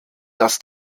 das